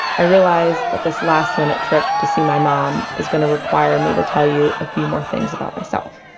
i realize that this last minute trip to see my mom is going to require me to tell you a few more things about myself